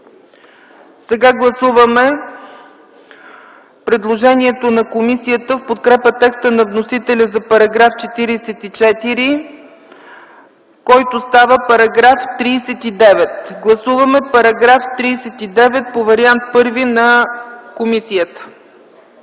Сега гласуваме предложението на комисията в подкрепа текста на вносителя за § 44, който става § 39. Гласуваме § 39 по вариант І на комисията.